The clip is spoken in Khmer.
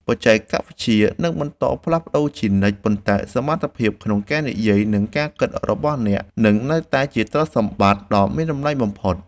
បច្ចេកវិទ្យានឹងបន្តផ្លាស់ប្តូរជានិច្ចប៉ុន្តែសមត្ថភាពក្នុងការនិយាយ និងការគិតរបស់អ្នកនឹងនៅតែជាទ្រព្យសម្បត្តិដ៏មានតម្លៃបំផុត។